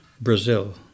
Brazil